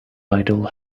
idle